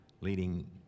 leading